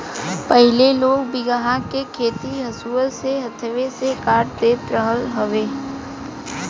पहिले लोग बीघहा के खेत हंसुआ से हाथवे से काट देत रहल हवे